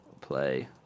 play